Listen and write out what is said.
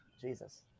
Jesus